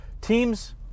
teams